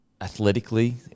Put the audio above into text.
athletically